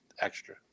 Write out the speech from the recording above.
extra